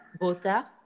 Bota